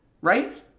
right